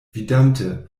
vidante